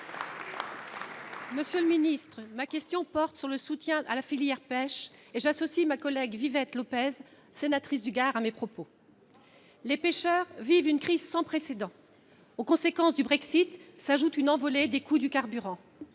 Républicains. Ma question porte sur le soutien à la filière pêche, et j’associe ma collègue Vivette Lopez, sénatrice du Gard, à mes propos. Les pêcheurs vivent une crise sans précédent : aux conséquences du Brexit s’ajoute une envolée des coûts du carburant.